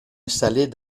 installée